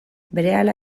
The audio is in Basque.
berehala